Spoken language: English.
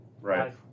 Right